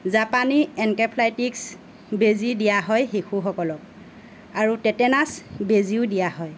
জাপানী এনকেফালাইটিছ বেজী দিয়া হয় শিশুসকলক আৰু টেটেনাছ বেজীও দিয়া হয়